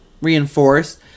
Reinforced